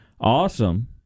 awesome